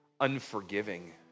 unforgiving